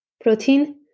protein